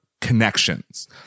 connections